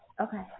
Okay